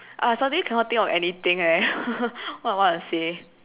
uh I suddenly can not think of anything leh what I want to say